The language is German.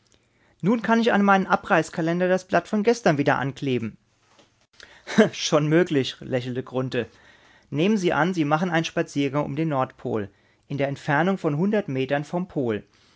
nun kann ich an meinem abreißkalender das blatt von gestern wieder ankleben schon möglich lächelte grunthe nehmen sie an sie machen einen spaziergang um den nordpol in der entfernung von hundert metern vom pol